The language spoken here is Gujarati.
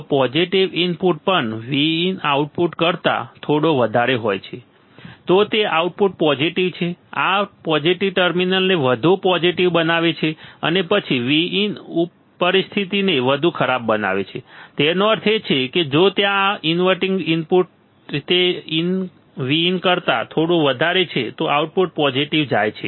તો પોઝિટિવ ઇનપુટ પણ Vin આઉટપુટ કરતા થોડો વધારે હોય તો તે આઉટપુટ પોઝિટિવ છે આ પોઝિટિવ ટર્મિનલને વધુ પોઝિટિવ બનાવે છે અને પછી Vin ઉપરિસ્થિતિને વધુ ખરાબ બનાવે છે તેનો અર્થ એ છે કે જો ત્યાં આ ઇનવર્ટિંગ ઇનપુટ તે Vin કરતા થોડું વધારે છે તો આઉટપુટ પોઝિટિવ જાય છે